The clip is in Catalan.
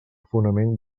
fonament